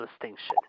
distinction